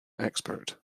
expert